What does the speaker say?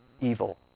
evil